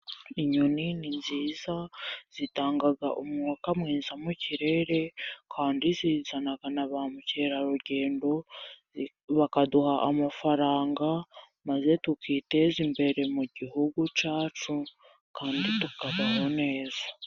Inyoni ni nziza zitanga umwuka mwiza mu kirere, kandi zizana na ba mukerarugendo, bakaduha amafaranga, maze tukiteza imbere mu gihugu cyacu, kandi tukabaho neza.